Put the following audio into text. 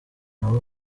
nabo